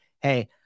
hey